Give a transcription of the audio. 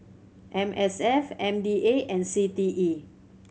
M S F M D A and C T E